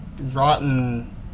rotten